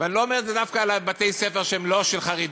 אני לא אומר את זה דווקא על בתי-ספר שהם לא של חרדים,